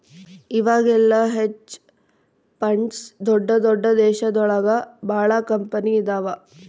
ಇವಾಗೆಲ್ಲ hedge funds ದೊಡ್ದ ದೊಡ್ದ ದೇಶ ಒಳಗ ಭಾಳ ಕಂಪನಿ ಇದಾವ